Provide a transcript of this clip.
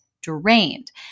drained